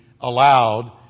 allowed